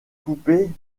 poupées